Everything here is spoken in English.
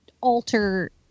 alter